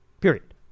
period